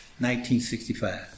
1965